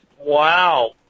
Wow